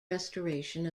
restoration